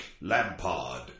Lampard